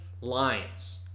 Lions